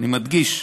ואני מדגיש,